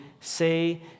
say